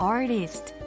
Artist